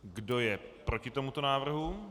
Kdo je proti tomuto návrhu?